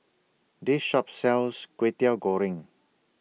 This Shop sells Kwetiau Goreng